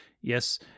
Yes